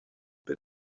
bit